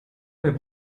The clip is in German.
mehr